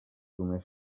només